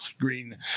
green